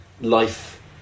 life